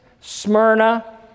Smyrna